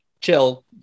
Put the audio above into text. chill